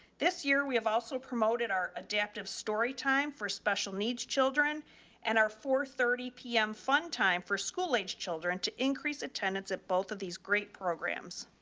this year. we have also promoted adaptive storytime for special needs children and our four thirty pm fun time for school age children to increase attendance at both of these great programs.